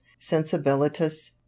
sensibilitus